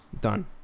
Done